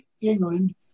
England